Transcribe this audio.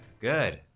good